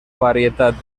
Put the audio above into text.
varietat